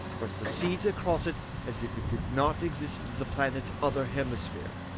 but proceeds across it as if it did not exist into the planet's other hemisphere.